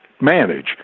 manage